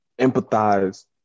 empathize